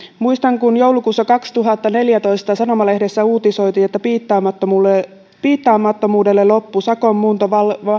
muistan kun joulukuussa kaksituhattaneljätoista sanomalehdessä uutisoitiin piittaamattomuudelle piittaamattomuudelle loppu sakon muunto